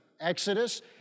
Exodus